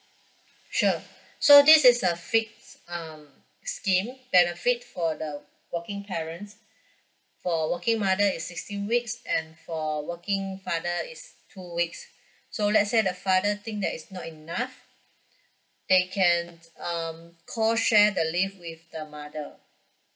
sure so this is a fix um scheme benefit for the working parents for working mother is sixteen weeks and for working father is two weeks so let's say the father think that is not enough they can um co share the leave with the mother